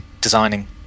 designing